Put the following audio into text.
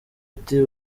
ati